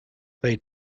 they